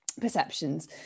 perceptions